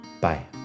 Bye